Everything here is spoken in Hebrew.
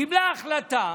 קיבלה החלטה